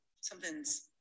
something's